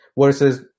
versus